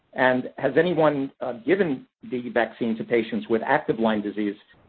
and has anyone given the vaccine to patients with active lyme disease,